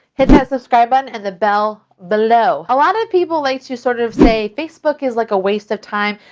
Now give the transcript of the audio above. hit that subscribe button and the bell below. a lot of people like to sort of say facebook is like a waste of time,